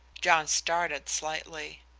john started slightly.